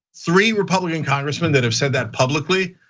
three republican congressmen that have said that publicly,